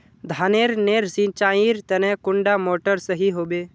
धानेर नेर सिंचाईर तने कुंडा मोटर सही होबे?